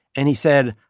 and he said,